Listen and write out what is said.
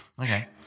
Okay